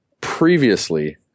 previously